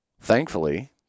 thankfully